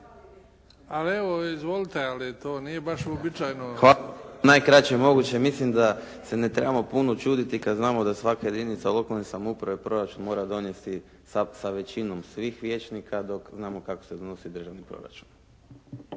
Ali evo izvolite, ali to baš nije uobičajeno. **Miletić, Boris (IDS)** Najkraće moguće mislim da se ne trebamo puno čuditi kada znamo da svaka jedinica lokalne samouprave proračun mora donijeti sa većinom svih vijećnika dok znamo kako se donosi državni proračun.